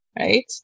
right